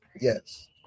yes